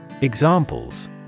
Examples